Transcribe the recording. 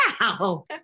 wow